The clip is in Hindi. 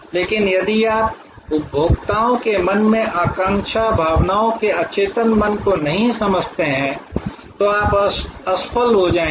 लेकिन यदि आप उपभोक्ताओं के मन में आकांक्षा भावनाओं के अचेतन मन को नहीं समझते हैं तो आप असफल हो जाएंगे